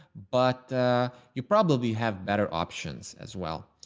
but you probably have better options as well.